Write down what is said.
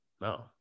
No